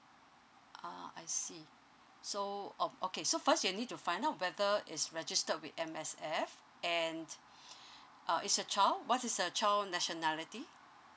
ah I see so um okay so first you need to find out whether it's registered with M_S_F and uh is your child what is the child nationality